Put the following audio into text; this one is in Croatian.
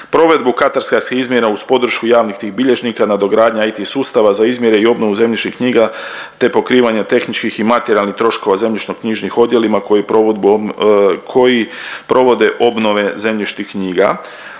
provedbu katastarskih izmjera uz podršku javnih tih bilježnika, nadogradnja IT sustava za izmjere i obnovu zemljišnih knjiga te pokrivanja tehničkih i materijalnih troškova zemljišno-knjižnih odjelima koji provode obnove zemljišnih knjiga.